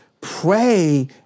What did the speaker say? pray